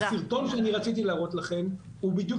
הסרטון שאני רציתי להראות לכם הוא בדיוק